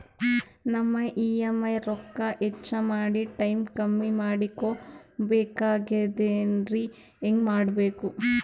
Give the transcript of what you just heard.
ನಮ್ಮ ಇ.ಎಂ.ಐ ರೊಕ್ಕ ಹೆಚ್ಚ ಮಾಡಿ ಟೈಮ್ ಕಮ್ಮಿ ಮಾಡಿಕೊ ಬೆಕಾಗ್ಯದ್ರಿ ಹೆಂಗ ಮಾಡಬೇಕು?